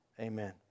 Amen